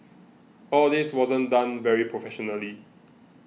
all this wasn't done very professionally